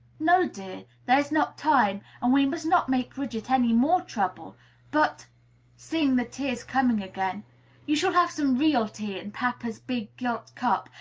no, dear. there is not time, and we must not make bridget any more trouble but seeing the tears coming again you shall have some real tea in papa's big gilt cup,